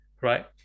right